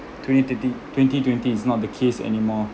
twenty thirty twenty twenty it's not the case any more